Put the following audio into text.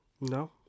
No